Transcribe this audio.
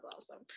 awesome